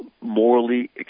morally